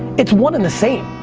it's one and the same.